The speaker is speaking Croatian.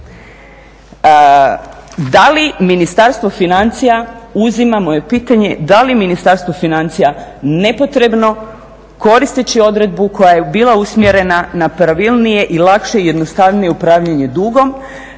Da li Ministarstvo financija uzima, moje je pitanje, da li Ministarstvo financija nepotrebno koristeći odredbu koja je bila usmjerena na pravilnije i lakše i jednostavnije upravljanje dugom